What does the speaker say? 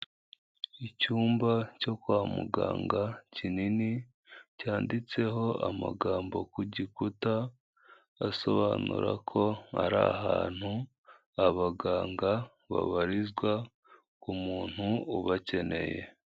Icyumba cyo kwa muganga kinini cyanditseho amagambo ku gikuta asobanura ko ari ahantu abaganga babarizwa ku muntu ubakeneye.